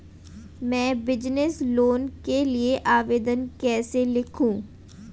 मैं business loan के लिए आवेदन कैसे लिखूँ?